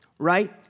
right